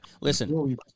Listen